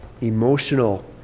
emotional